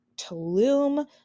Tulum